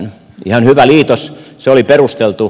ihan hyvä liitos se oli perusteltu